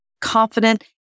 confident